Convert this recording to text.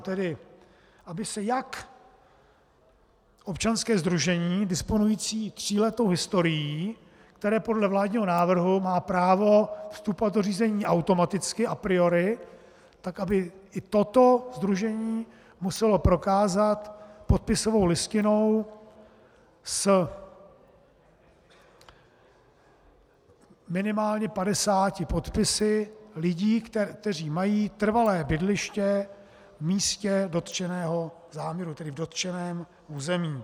Tedy aby se jak občanské sdružení disponující tříletou historií, které podle vládního návrhu má právo vstupovat do řízení automaticky a priori, tak aby i toto sdružení muselo prokázat podpisovou listinou s minimálně 50 podpisy lidí, kteří mají trvalé bydliště v místě dotčeného záměru, tedy v dotčeném území.